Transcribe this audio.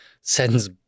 sends